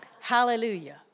Hallelujah